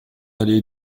allée